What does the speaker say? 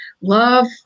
love